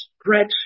stretch